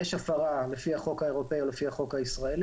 אם יש הפרה לפי החוק האירופאי או לפי החוק האירופאי,